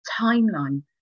timeline